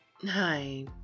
Hi